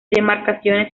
demarcaciones